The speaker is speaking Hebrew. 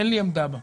שאין לי עמדה בה,